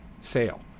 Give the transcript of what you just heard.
sale